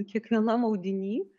kiekvienam audiny